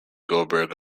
goldberg